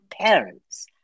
parents